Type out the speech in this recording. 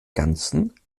ganzen